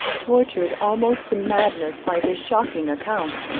tortured almost to madness by this shocking account,